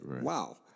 wow